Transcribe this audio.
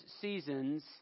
seasons